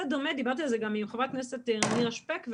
דיברתי על זה גם עם חברת הכנסת נירה שפק,